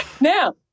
Now